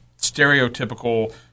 stereotypical